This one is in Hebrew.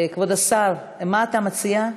כבוד השר, מה אתה מציע,